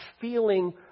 feeling